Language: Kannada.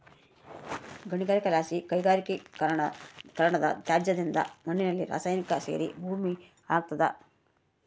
ಗಣಿಗಾರಿಕೆಲಾಸಿ ಕೈಗಾರಿಕೀಕರಣದತ್ಯಾಜ್ಯದಿಂದ ಮಣ್ಣಿನಲ್ಲಿ ರಾಸಾಯನಿಕ ಸೇರಿ ಭೂಮಿ ಹಾಳಾಗ್ತಾದ